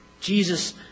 Jesus